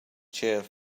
chair